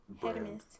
Hermes